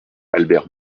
albert